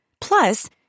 Plus